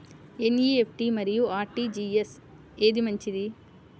NEFT మరియు RTGS ఏది మంచిది?